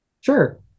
sure